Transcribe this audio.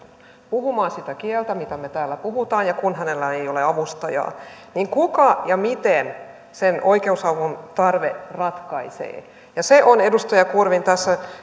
puhumaan sitä kieltä mitä me täällä puhumme ja kun hänellä ei ei ole avustajaa joten kuka ja miten sen oikeusavun tarpeen ratkaisee ja se on edustaja kurvinen tässä